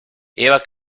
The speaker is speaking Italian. era